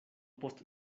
post